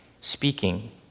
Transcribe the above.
speaking